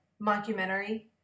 mockumentary